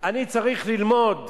הממלכה הירדנית,